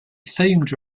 themed